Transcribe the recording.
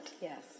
Yes